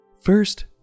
First